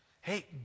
Hey